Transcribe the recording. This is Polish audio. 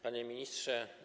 Panie Ministrze!